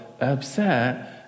upset